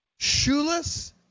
Shoeless